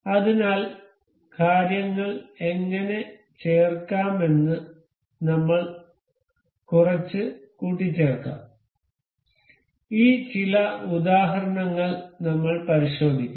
അതിനാൽ കാര്യങ്ങൾ എങ്ങനെ ചേർക്കാമെന്ന് നമ്മൾ കുറച്ച് കൂട്ടിച്ചേർക്കാം ഈ ചില ഉദാഹരണങ്ങൾ നമ്മൾ പരിശോധിക്കും